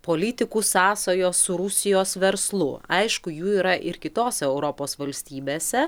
politikų sąsajos su rusijos verslu aišku jų yra ir kitose europos valstybėse